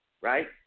right